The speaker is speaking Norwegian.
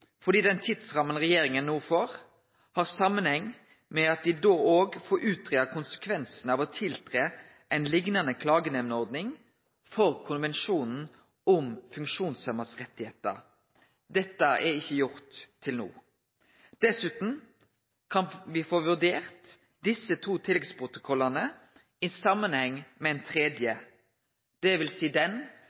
fordi den tidsramma regjeringa no får, har samanheng med at me da òg får greidd ut konsekvensane av å tiltre ei liknande klagenemndordning for konvensjonen om funksjonshemma sine rettar. Dette er ikkje gjort til no. Dessutan kan me få vurdert desse to tilleggsprotokollane i samanheng med ein tredje, dvs. den